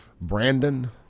Brandon